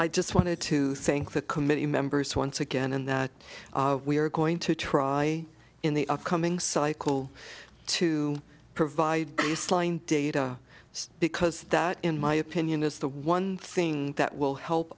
i just wanted to thank the committee members once again and that we are going to try in the upcoming cycle to provide this line data because that in my opinion is the one thing that will help